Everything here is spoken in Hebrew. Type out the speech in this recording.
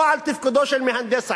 או על תפקודו של מהנדס העיר,